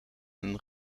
een